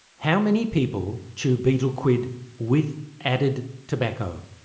how many people chew betel quid with added tobacco?